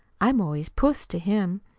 i'm always puss to him.